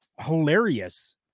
hilarious